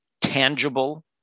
tangible